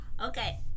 okay